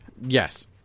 yes